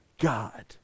God